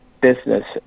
business